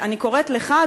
אני קוראת לך,